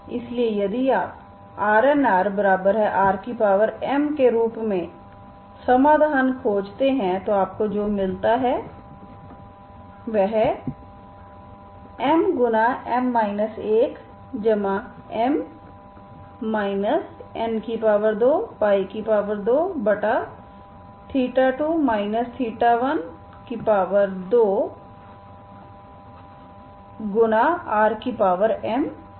इसलिए यदि आप Rnrm के रूप में समाधान खोजते हैं तो आपको जो मिलता है वह mm 1m n222 12rm0 है